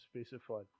specified